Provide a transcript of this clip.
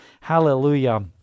Hallelujah